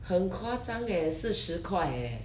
很夸张 eh 四十块 eh